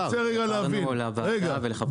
העברנו לוועדה ולחברי הכנסת.